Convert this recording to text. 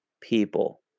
people